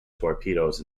torpedoes